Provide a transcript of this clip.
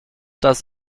does